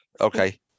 Okay